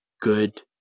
good